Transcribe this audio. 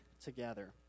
together